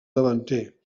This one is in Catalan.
davanter